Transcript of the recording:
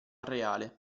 reale